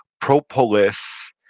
propolis